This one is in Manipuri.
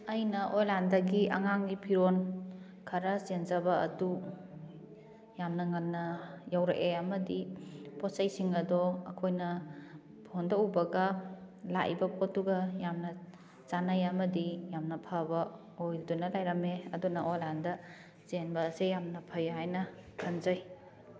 ꯑꯩꯅ ꯑꯣꯟꯂꯥꯏꯅꯗꯒꯤ ꯑꯉꯥꯡꯒꯤ ꯐꯤꯔꯣꯜ ꯈꯔ ꯆꯦꯟꯖꯕ ꯑꯗꯨ ꯌꯥꯝꯅ ꯉꯟꯅ ꯌꯧꯔꯛꯑꯦ ꯑꯃꯗꯤ ꯄꯣꯠ ꯆꯩꯁꯤꯡ ꯑꯗꯣ ꯑꯩꯈꯣꯏꯅ ꯐꯣꯟꯗ ꯎꯕꯒ ꯂꯥꯛꯏꯕ ꯄꯣꯠꯇꯨꯒ ꯌꯥꯝꯅ ꯆꯥꯟꯅꯩ ꯑꯃꯗꯤ ꯌꯥꯝꯅ ꯐꯕ ꯑꯣꯏꯗꯨꯅ ꯂꯩꯔꯝꯃꯦ ꯑꯗꯨꯅ ꯑꯣꯟꯂꯥꯏꯟꯗ ꯆꯦꯟꯕ ꯑꯁꯦ ꯌꯥꯝꯅ ꯐꯩ ꯍꯥꯏꯅ ꯈꯟꯖꯩ